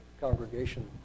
congregation